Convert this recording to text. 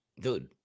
Dude